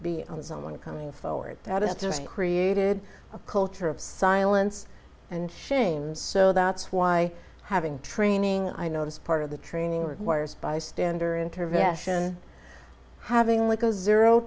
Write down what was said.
be on someone coming forward that it's just created a culture of silence and shame so that's why having training i notice part of the training requires bystander intervention having like a zero